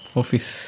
office